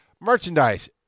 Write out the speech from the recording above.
Merchandise